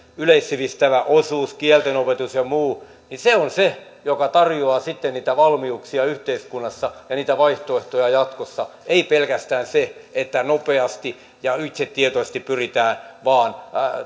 yleissivistävä osuus kielten opetus ja muu on se joka tarjoaa sitten niitä valmiuksia yhteiskunnassa ja niitä vaihtoehtoja jatkossa ei pelkästään se että nopeasti ja itsetietoisesti pyritään vain